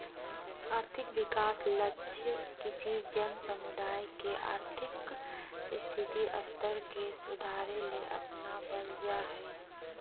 और्थिक विकास लक्ष्य किसी जन समुदाय के और्थिक स्थिति स्तर के सुधारेले अपनाब्ल जा हइ